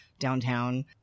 downtown